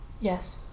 Yes